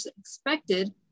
expected